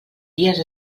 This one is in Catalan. dies